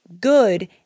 good